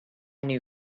new